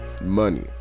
money